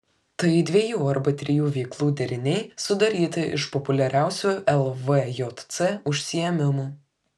tai dviejų arba trijų veiklų deriniai sudaryti iš populiariausių lvjc užsiėmimų